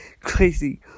crazy